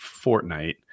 Fortnite